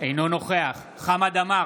אינו נוכח חמד עמאר,